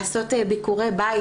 לעשות ביקורי בית,